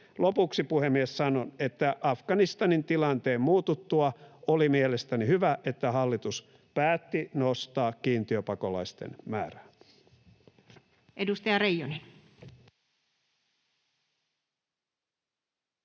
Lopuksi, puhemies, sanon, että Afganistanin tilanteen muututtua oli mielestäni hyvä, että hallitus päätti nostaa kiintiöpakolaisten määrää.